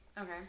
Okay